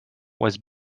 was